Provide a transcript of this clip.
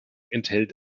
enthält